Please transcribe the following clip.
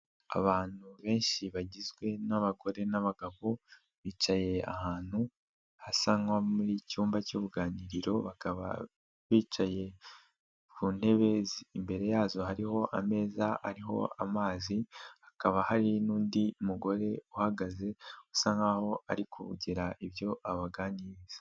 Abantu benshi bagizwe n'abagore n'abagabo, bicaye ahantu hasa nko mu cyumba cy'uruganiriro, bakaba bicaye ku ntebe imbere yazo hariho ameza, Imbere yabo hakaba hari n'undi mugore uhagaze usa nkaho arigira ibyo abaganiriza.